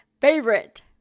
Favorite